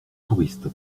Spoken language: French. touriste